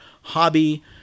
hobby